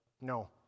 No